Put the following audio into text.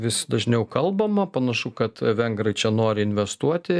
vis dažniau kalbama panašu kad vengrai čia nori investuoti